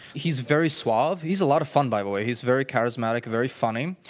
he's very suave. he's a lot of fun, by the way. he's very charismatic, very funny.